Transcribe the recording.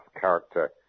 character